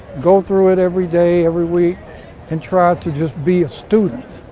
go through it every day, every week and try to just be a student.